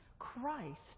christ